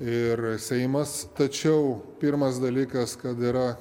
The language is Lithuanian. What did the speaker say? ir seimas tačiau pirmas dalykas kad yra